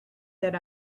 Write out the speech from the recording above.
that